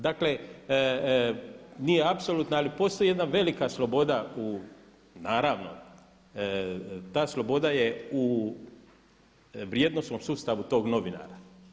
Dakle, nije apsolutna ali postoji jedna velika sloboda, naravno ta sloboda je u vrijednosnom sustavu tog novinara.